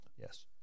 Yes